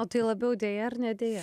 o tai labiau deja ar ne deja